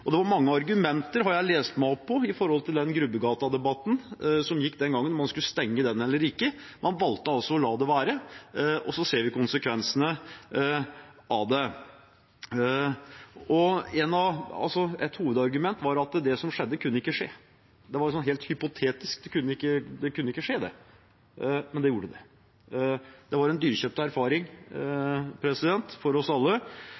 Det var mange argumenter i Grubbegata-debatten den gangen, har jeg lest meg opp på, om hvorvidt man skulle stenge den eller ikke. Man valgte å la det være, og så ser vi konsekvensene av det. Et hovedargument var at det som skjedde, ikke kunne skje. Det var helt hypotetisk; det kunne ikke skje. Men det gjorde det. Det var en dyrekjøpt erfaring for oss alle,